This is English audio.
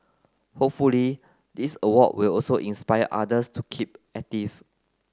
hopefully this award will also inspire others to keep active